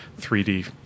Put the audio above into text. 3d